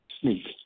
sneak